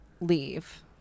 Leave